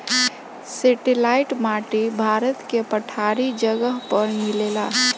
satellite माटी भारत के पठारी जगह पर मिलेला